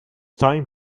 time